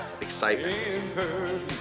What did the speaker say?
excitement